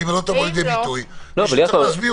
ואם היא לא תבוא לידי ביטוי, מישהו יצטרך להסביר.